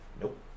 Nope